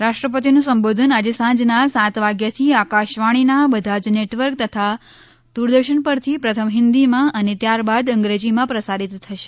રાષ્ટ્રપતિનું સંબોધન આજે સાંજના સાત વાગ્યાથી આકાશવાણીના બધા જ નેટવર્ક તથા દૂરદર્શન પરથી પ્રથમ હિંદીમાં અને ત્યારબાદ અંગ્રેજીમાં પ્રસારીત થશે